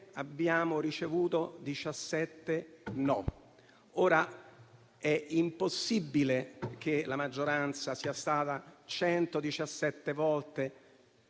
abbiamo ricevuto 117 no. È impossibile che la maggioranza sia stata 117 volte